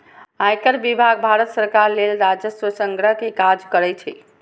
आयकर विभाग भारत सरकार लेल राजस्व संग्रह के काज करै छै